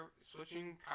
switching